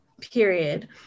period